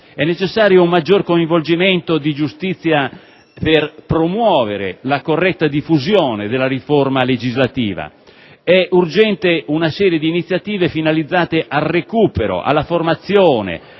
È necessario un maggior coinvolgimento di giustizia per promuovere la corretta diffusione della riforma legislativa; è urgente una serie di iniziative finalizzate al recupero, alla formazione